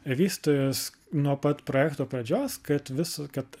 vystytojas nuo pat projekto pradžios kad visa kad